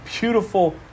beautiful